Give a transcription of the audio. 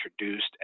introduced